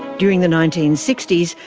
during the nineteen sixty s,